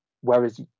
Whereas